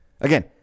Again